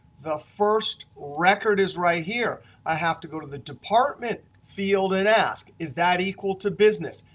the first record is right here. i have to go to the department field and ask, is that equal to business?